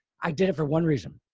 i did it for one reason.